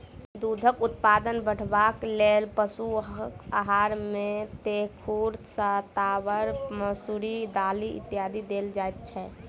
दूधक उत्पादन बढ़यबाक लेल पशुक आहार मे तेखुर, शताबर, मसुरिक दालि इत्यादि देल जाइत छै